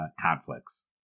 conflicts